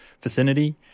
vicinity